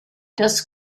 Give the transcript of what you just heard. das